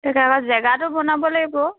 তেতিয়া আকৌ জেগাটো বনাব লাগিব